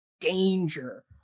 danger